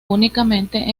únicamente